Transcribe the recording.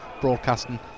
broadcasting